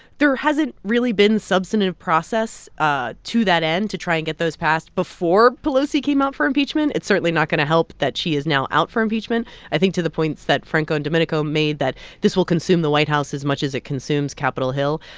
there hasn't really been substantive process ah to that end to try and get those passed before pelosi came out for impeachment. it's certainly not going to help that she is now out for impeachment i think to the points that franco and domenico made that this will consume the white house as much as it consumes capitol hill,